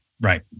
right